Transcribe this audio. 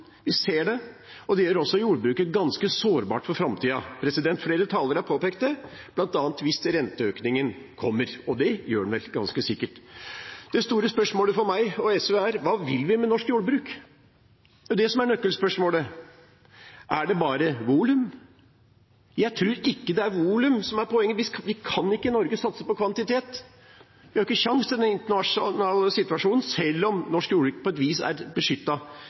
Vi ser det, og det gjør jordbruket ganske sårbart for framtiden. Flere talere har påpekt det, bl.a. hvis renteøkningen kommer, og det gjør den ganske sikkert. Det store spørsmålet for meg og SV er: Hva vil vi med norsk jordbruk? Det er det som er nøkkelspørsmålet. Er det bare volum? Jeg tror ikke det er volum som er poenget. Vi kan ikke i Norge satse på kvantitet. Vi har ikke en sjanse i den internasjonale situasjonen, selv om norsk jordbruk på et vis er